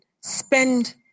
spend